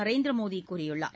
நரேந்திர மோடி கூறியுள்ளார்